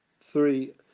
three